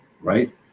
right